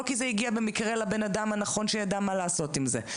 לא כי זה הגיע במקרה לבן אדם הנכון שידע לעשות עם זה,